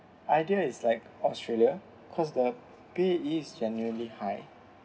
idea is like australia because the pay is generally high